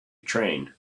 train